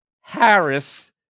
Harris